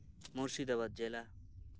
ᱢᱩᱨᱥᱤᱫᱟᱵᱟᱫ ᱡᱮᱞᱟ